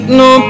no